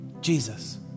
Jesus